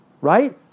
right